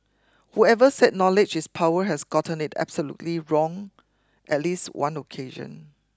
whoever said knowledge is power has gotten it absolutely wrong at least one occasion